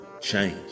change